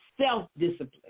self-discipline